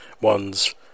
ones